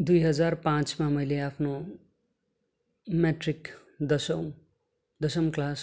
दुई हजार पाँचमा मैले आफ्नो मेट्रिक दसौँ दसम क्लास्